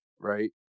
right